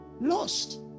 lost